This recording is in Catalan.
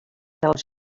dels